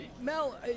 Mel